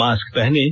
mask पहनें